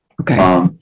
Okay